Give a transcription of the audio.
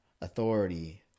authority